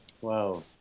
Wow